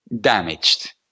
damaged